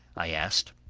i asked.